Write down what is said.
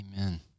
Amen